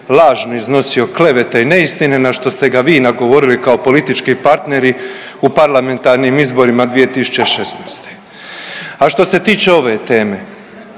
lažno iznosio klevete i neistine na što ste ga vi nagovorili kao politički partneri u parlamentarnim izborima 2016.. A što se tiče ove teme,